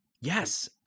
Yes